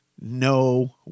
no